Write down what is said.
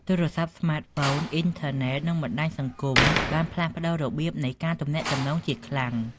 ទូរស័ព្ទស្មាតហ្វូន អ៊ីនធឺណេត និងបណ្តាញសង្គម បានផ្លាស់ប្តូររបៀបនៃការទំនាក់ទំនងជាខ្លាំង។